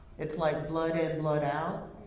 it's like blood in, blood out.